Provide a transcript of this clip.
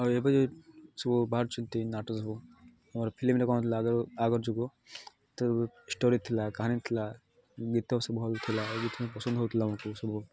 ଆଉ ଏବେ ସବୁ ବାହାରୁଛନ୍ତି ନାଟକ ସବୁ ଆମର ଫିଲ୍ମଟା କ'ଣ ହେଉଥିଲା ଆଗରୁ ଆଗ ଯୁଗ ତ ଷ୍ଟୋରୀ ଥିଲା କାହାଣୀ ଥିଲା ଗୀତ ସବୁ ଭଲ ଥିଲା ଏଇଥି ପସନ୍ଦ ହଉଥିଲା ଆମକୁ ସବୁ